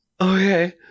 okay